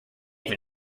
even